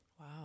Wow